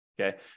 okay